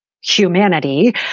humanity